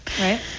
Right